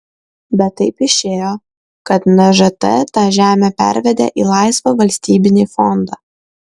bet taip išėjo kad nžt tą žemę pervedė į laisvą valstybinį fondą